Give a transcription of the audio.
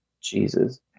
jesus